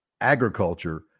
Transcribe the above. agriculture